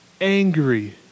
angry